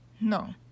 no